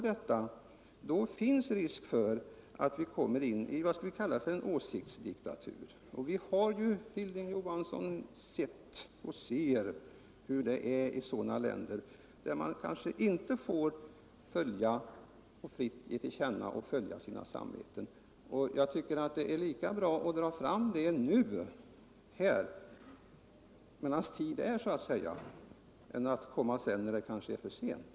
Det finns en risk för att vi råkar in i vad jag vill kalla för en åsiktsdiktatur. Vi har ju sett och ser, Hilding Johansson, hur det är i sådana länder, där man inte fritt får ge till känna sina åsikter och följa sina samveten. Jag tycker att det är bättre att dra fram detta nu och här medan tid är än att komma senare när det kanske är för sent.